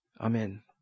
Amen